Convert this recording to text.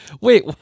Wait